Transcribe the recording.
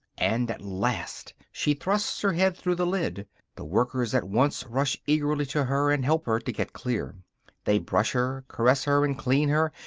and at last she thrusts her head through the lid the workers at once rush eagerly to her, and help her to get clear they brush her, caress her and clean her,